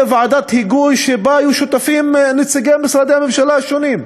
ועדת היגוי שבה היו שותפים נציגי משרדי הממשלה השונים.